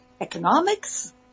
economics